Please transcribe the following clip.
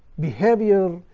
behavior,